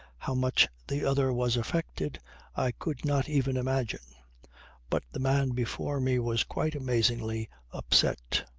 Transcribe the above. how much the other was affected i could not even imagine but the man before me was quite amazingly upset.